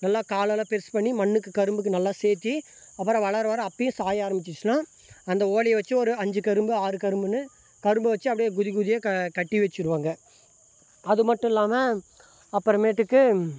நல்லா காலெல்லாம் பெருசு பண்ணி மண்ணுக்கு கரும்புக்கு நல்லா சேர்த்தி அப்புறம் வளர வளர அப்பேயும் சாய ஆரம்பிச்சுச்சினா அந்த ஓலையை வச்சு ஒரு அஞ்சு கரும்பு ஆறு கரும்புன்னு கரும்பு வச்சு அப்படியே குதி குதியாக க கட்டி வச்சுருவாங்க அது மட்டும் இல்லாமல் அப்புறமேட்டுக்கு